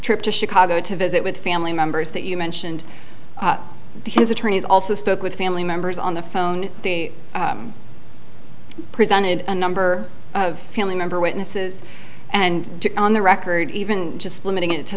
trip to chicago to visit with family members that you mentioned to his attorneys also spoke with family members on the phone they presented a number of family member witnesses and on the record even just limiting it to